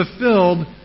fulfilled